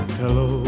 hello